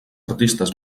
artistes